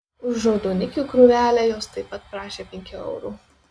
už raudonikių krūvelę jos taip pat prašė penkių eurų